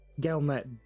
Galnet